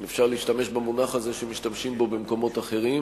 אם אפשר להשתמש במונח הזה שמשתמשים בו במקומות אחרים,